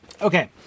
Okay